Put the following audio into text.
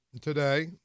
today